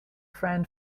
friend